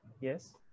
Yes